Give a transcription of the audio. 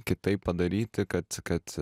kitaip padaryti kad kad